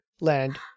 land